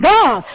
God